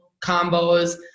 combos